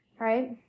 right